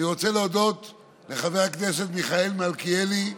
אני רוצה להודות לחבר הכנסת מיכאל מלכיאלי,